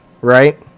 right